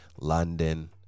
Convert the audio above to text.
London